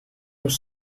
los